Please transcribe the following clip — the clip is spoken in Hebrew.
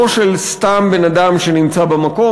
לא של סתם בן-אדם שנמצא במקום.